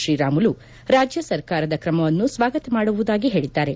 ಶ್ರೀರಾಮುಲು ರಾಜ್ಯ ಸರ್ಕಾರದ ಕ್ರಮವನ್ನು ಸ್ವಾಗತ ಮಾಡುವುದಾಗಿ ಹೇಳಿದ್ದಾರೆ